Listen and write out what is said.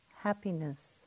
happiness